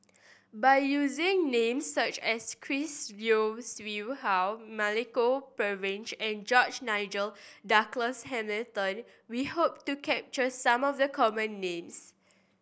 by using names such as Chris Yeo Siew Hua Milenko Prvacki and George Nigel Douglas Hamilton we hope to capture some of the common names